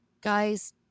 guys